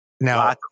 now